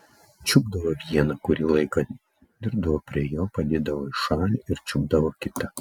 čiupdavo vieną kurį laiką dirbdavo prie jo padėdavo į šalį ir čiupdavo kitą